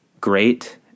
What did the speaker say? Great